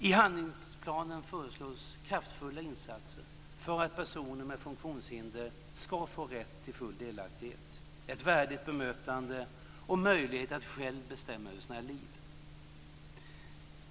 I handlingsplanen föreslås kraftfulla insatser för att personer med funktionshinder ska få rätt till full delaktighet, ett värdigt bemötande och möjlighet att själva bestämma över sina liv.